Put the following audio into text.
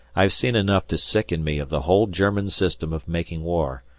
i have seen enough to sicken me of the whole german system of making war,